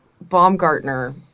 Baumgartner